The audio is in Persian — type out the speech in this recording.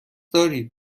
دارید